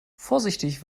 vorsichtig